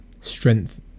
strength